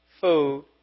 food